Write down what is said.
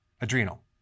adrenal